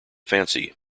fancy